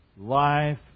life